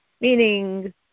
Meaning